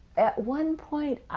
at one point,